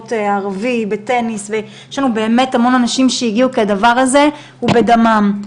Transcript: יש המון אנשים שהגיעו כי הדבר הזה הוא בדמם.